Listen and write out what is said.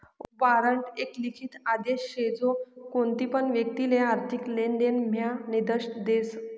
warrant एक लिखित आदेश शे जो कोणतीपण व्यक्तिले आर्थिक लेनदेण म्हा निर्देश देस